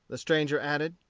the stranger added.